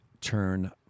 turn